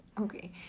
Okay